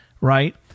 right